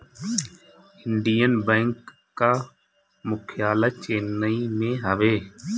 Indian bank कअ मुख्यालय चेन्नई में हवे